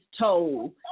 told